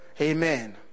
Amen